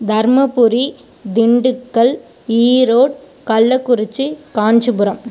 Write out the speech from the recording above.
Dharmapuri Dindigul Erode Kallakurichi Kanchipuram